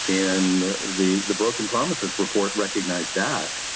and the the broken promises report recognized that.